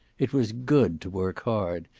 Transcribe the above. it was good to work hard.